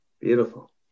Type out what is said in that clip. Beautiful